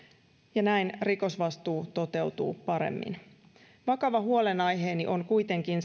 ja näin rikosvastuu toteutuu paremmin vakava huolenaiheeni on kuitenkin